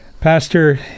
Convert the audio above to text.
Pastor